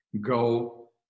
go